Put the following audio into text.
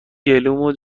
گلومو